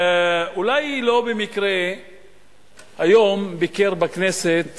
אולי לא במקרה היום ביקר בכנסת